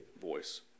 voice